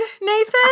nathan